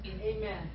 Amen